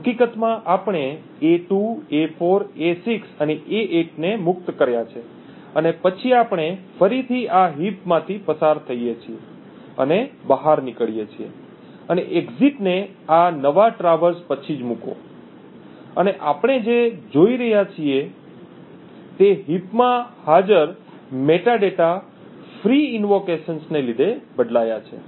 હકીકતમાં આપણે a2 a4 a6 અને a8 ને મુક્ત કર્યા છે અને પછી આપણે ફરીથી આ હીપ માંથી પસાર થઈએ છીએ અને બહાર નીકળીએ છીએ અને એક્ઝિટને આ નવા traverse પછી જ મૂકો અને આપણે જે જોવા જઈ રહ્યા છીએ તે હીપ માં હાજર મેટાડેટા ફ્રી આમંત્રણો ને લીધે બદલાયા છે